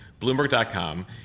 Bloomberg.com